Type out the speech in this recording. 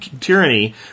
tyranny